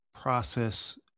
process